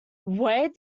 where